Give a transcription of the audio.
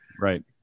right